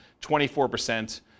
24%